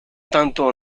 tanto